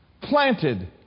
Planted